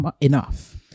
enough